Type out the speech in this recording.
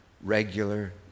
regular